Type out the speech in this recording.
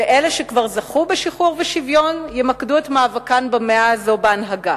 ואלה שכבר זכו בשחרור ושוויון ימקדו את מאבקן במאה הזו בהנהגה.